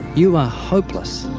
you are hopeless.